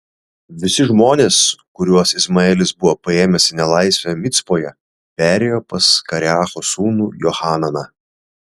visi žmonės kuriuos izmaelis buvo paėmęs į nelaisvę micpoje perėjo pas kareacho sūnų johananą